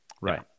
right